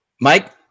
Mike